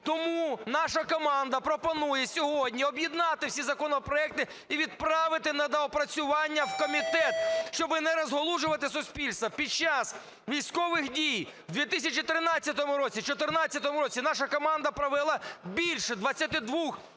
Тому наша команда пропонує сьогодні об'єднати всі законопроекти і відправити на доопрацювання у комітет, щоб не розгалужувати суспільство. Під час військових дій у 2013 році, 2014 році наша команда провела більше 22 круглих